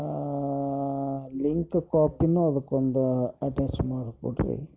link ಕಾಪಿನು ಅದಕ್ಕೊಂದು attach ಮಾಡಿಕೊಡ್ರಿ